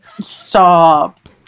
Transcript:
Stop